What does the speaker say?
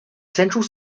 central